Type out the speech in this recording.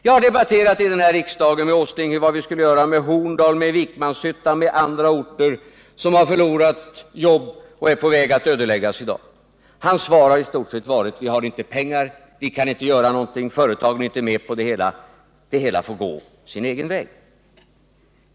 Jag har debatterat med Nils Åsling här i riksdagen om hur vi skulle göra med Horndal, med Vikmanshyttan och andra orter som förlorat sysselsättningstillfällen och i dag är på väg att ödeläggas. Hans svar har i stort sett varit: Vi har inte pengar. Vi kan inte göra någonting. Företagen är inte med på det hela. Det får gå som det går.